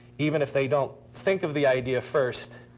even if they don't think of the idea first,